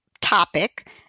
topic